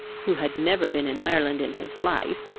who had never been in ireland in his life,